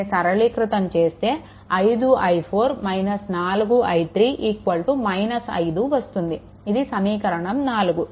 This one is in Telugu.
దీనిని సరళీకృతం చేస్తే 5i4 4 i3 5 వస్తుంది ఇది సమీకరణం 4